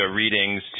readings